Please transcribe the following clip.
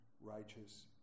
righteous